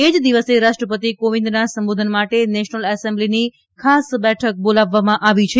એ જ દિવસે રાષ્ટ્રપતિ કોવિંદના સંબોધન માટે નેશનલ એસેમ્બલીની ખાસ બેઠક બોલાવવામાં આવી છે